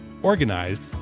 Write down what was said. organized